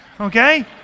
Okay